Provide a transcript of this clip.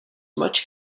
much